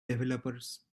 developers